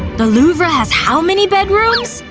the louvre has how many bedrooms?